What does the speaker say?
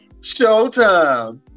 Showtime